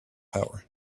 power